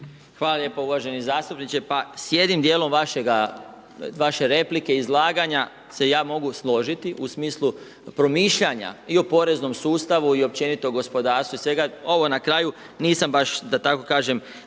Hvala lijepa. Uvaženi zastupniče, s jednim dijelom vaše replike, izlaganja se ja mogu složiti u smislu promišljanja i o poreznom sustavu i općenito gospodarstvu i svega. Ovo na kraju nisam baš da tako kažem,